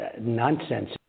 nonsense